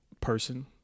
person